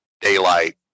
daylight